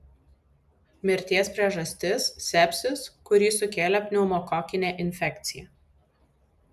mirties priežastis sepsis kurį sukėlė pneumokokinė infekcija